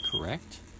correct